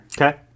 Okay